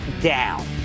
down